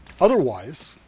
Otherwise